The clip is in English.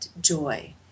joy